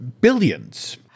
billions